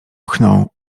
pchną